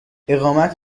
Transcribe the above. اقامت